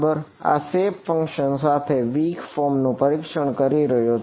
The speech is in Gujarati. હું આ શેપ ફંક્શન નું પરીક્ષણ કરી રહ્યો છું